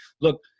look